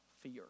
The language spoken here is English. fear